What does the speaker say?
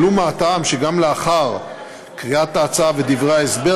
ולו מהטעם שגם לאחר קריאת ההצעה ודברי ההסבר,